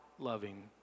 loving